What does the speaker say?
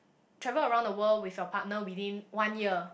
travel around the world with your partner within one year